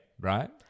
right